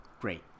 Great